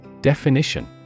Definition